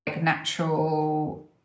natural